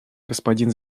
господин